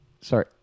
Sorry